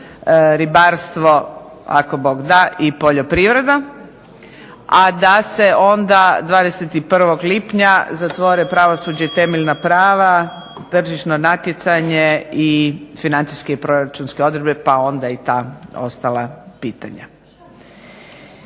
Ribarstvo ako Bog da, i Poljoprivreda. A da se onda 21. lipnja zatvore Pravosuđe i temeljna prava, Tržišno natjecanje i Financijske i proračunske odredbe pa onda i ta ostala pitanja.